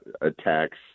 attacks